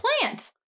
plant